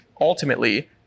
ultimately